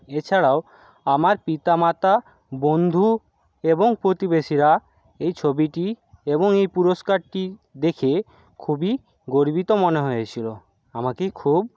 এছাড়াও আমার পিতামাতা বন্ধু এবং প্রতিবেশীরা এই ছবিটি এবং এই পুরস্কারটি দেখে খুবই গর্বিত মনে হয়েছিলো আমাকে খুব